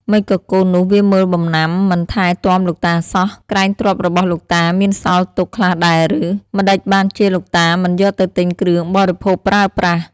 ម្តេចក៏កូននោះ វាមើលបំណាំមិនថែទាំលោកតាសោះ? ក្រែងទ្រព្យរបស់លោកតាមានសល់ទុក ខ្លះដែរឬ ម្តេចបានជាលោកតាមិនយកទៅទិញគ្រឿងបរិភោគប្រើប្រាស់ " ។